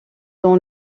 dans